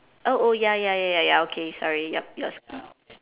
oh oh ya ya ya ya okay sorry yup you ask me